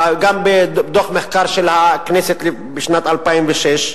וגם בדוח מחקר של הכנסת בשנת 2006,